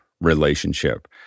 relationship